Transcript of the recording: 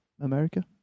America